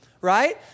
Right